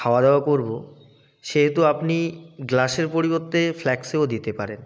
খাওয়া দাওয়া করব সেহেতু আপনি গ্লাসের পরিবর্তে ফ্লাস্কেও দিতে পারেন